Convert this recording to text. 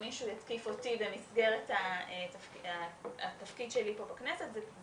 אם מישהו יתקיף אותי במסגרת התפקיד שלי פה בכנסת זה